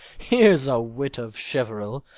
here's a wit of cheveril,